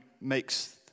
makes